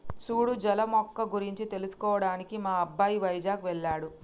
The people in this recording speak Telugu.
సూడు జల మొక్క గురించి తెలుసుకోవడానికి మా అబ్బాయి వైజాగ్ వెళ్ళాడు